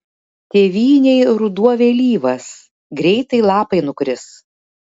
tėvynėj ruduo vėlyvas greitai lapai nukris